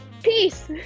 Peace